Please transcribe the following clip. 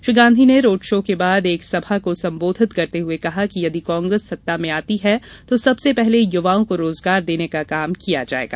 श्री गांधी ने road show के बाद एक सभा को संबोधित करते हुए कहा कि यदि कांग्रेस सत्ता में आती है तो सबसे पहले युवाओं को रोजगार देने का काम किया जाएगा